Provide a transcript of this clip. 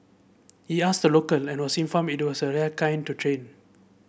he asked a local and was informed was a rare kind of train